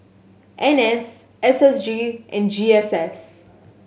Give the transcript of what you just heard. N S S S G and G S S